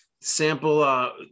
Sample